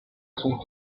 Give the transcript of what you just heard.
son